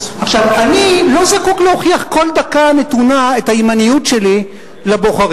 אני לא זקוק להוכיח כל דקה נתונה את הימניות שלי לבוחרים.